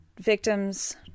victims